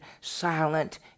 silent